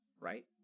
Right